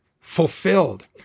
fulfilled